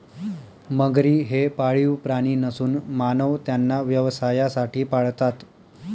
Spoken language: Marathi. मगरी हे पाळीव प्राणी नसून मानव त्यांना व्यवसायासाठी पाळतात